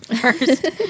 first